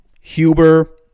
Huber